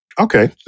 Okay